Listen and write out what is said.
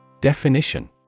Definition